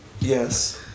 Yes